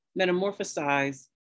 metamorphosize